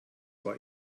war